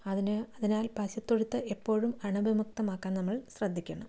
അതിന് അതിനാൽ പശുത്തൊഴുത്ത് എപ്പോഴും അണുവിമുക്തമാക്കാൻ നമ്മൾ ശ്രദ്ധിക്കണം